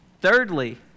Thirdly